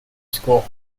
school